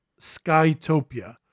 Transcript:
Skytopia